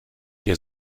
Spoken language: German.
der